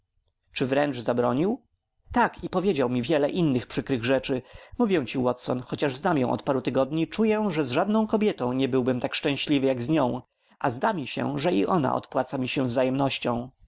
zabronił tak i powiedział mi wiele innych przykrych rzeczy mówię ci watson choć znam ją od paru tygodni czuję że z żadną kobietą nie byłbym tak szczęśliwy jak z nią a zdaje mi się że i ona odpłaca mi wzajemnością